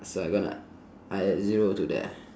so I gonna I add zero to that